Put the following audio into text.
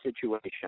situation